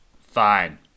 Fine